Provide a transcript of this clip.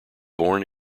born